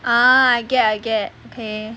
ah I get I get okay